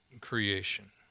creation